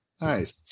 Nice